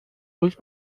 ruhig